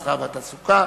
המסחר והתעסוקה,